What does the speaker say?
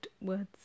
words